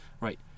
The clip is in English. Right